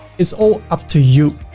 it's all up to you.